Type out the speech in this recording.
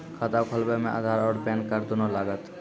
खाता खोलबे मे आधार और पेन कार्ड दोनों लागत?